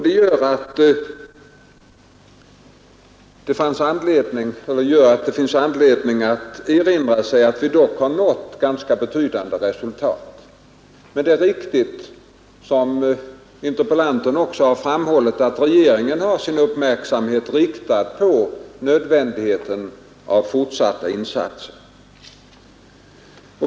Det gör att det finns anledning att erinra sig att vi dock har nått ganska betydande resultat. Men regeringen har, som interpellanten har framhållit, sin uppmärksamhet riktad på nödvändigheten av fortsatta insatser.